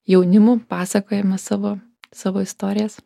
jaunimu pasakojame savo savo istorijas